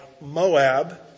Moab